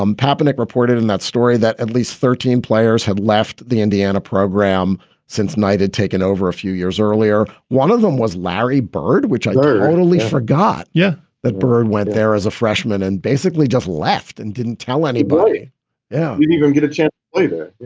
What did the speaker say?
um patinack reported in that story that at least thirteen players had left the indiana program since knight had taken over a few years earlier. one of them was larry bird, which i totally forgot. yeah, that bird went there as a freshman and basically just left and didn't tell anybody yeah. you gonna get a chance later?